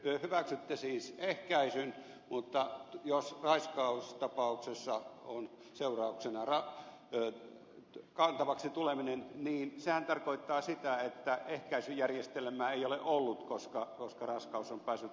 te hyväksytte siis ehkäisyn mutta jos raiskaustapauksessa on seurauksena kantavaksi tuleminen niin sehän tarkoittaa sitä että ehkäisyjärjestelmää ei ole ollut koska raskaus on päässyt alulle